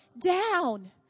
down